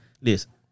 Listen